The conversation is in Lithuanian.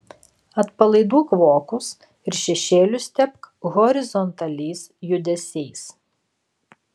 atpalaiduok vokus ir šešėlius tepk horizontaliais judesiais